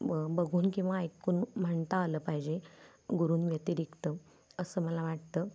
ब बघून किंवा ऐकून म्हणता आलं पाहिजे गुरुंव्यतिरिक्त असं मला वाटतं